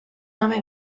home